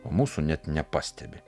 o mūsų net nepastebi